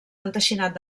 enteixinat